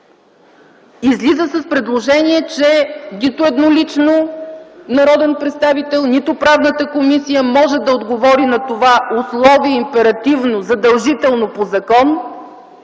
излиза с предложение, че нито еднолично народен представител, нито Правната комисия може да отговори на това условие – императивно, задължително по закон.